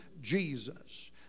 Jesus